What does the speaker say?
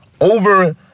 over